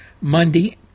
Monday